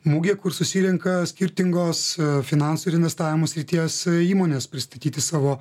mugė kur susirenka skirtingos finansų ir investavimo srities įmonės pristatyti savo